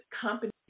companies